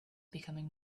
becoming